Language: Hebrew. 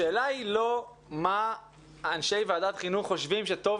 השאלה היא לא מה אנשי ועדת החינוך חושבים שטוב